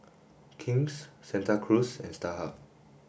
King's Santa Cruz and Starhub